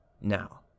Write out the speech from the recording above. now